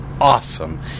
awesome